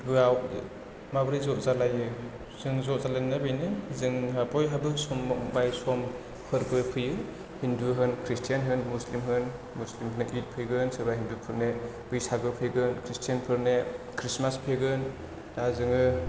फोर्बोआव माब्रै ज' जालायो जों ज' जालायनाया बेनो जोंहा बयहाबो समाबाय सम फोर्बो फैयो हिन्दु होन खृस्टियान होन मुस्लिम होन मुस्लिमफोरना ईद फैगोन सोरबा हिन्दुफोरना बैसागु फैगोन खृस्टानफोरना खृसमास फैगोन दा जोङो